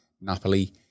Napoli